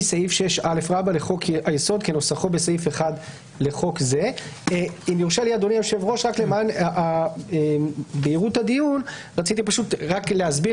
סעיף 6א לחוק היסוד 3. תקופה שבה כיהן אדם בתפקיד ראש הממשלה,